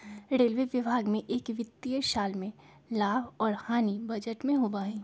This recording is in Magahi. रेलवे विभाग में एक वित्तीय साल में लाभ और हानि बजट में होबा हई